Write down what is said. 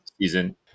season